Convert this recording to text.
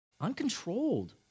Uncontrolled